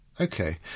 Okay